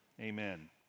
Amen